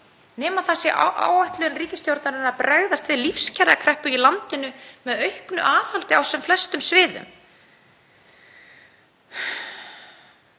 nema það sé áætlun ríkisstjórnarinnar að bregðast við lífskjarakreppu í landinu með auknu aðhaldi á sem flestum sviðum.